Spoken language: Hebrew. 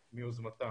מיוזמתם.